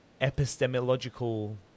epistemological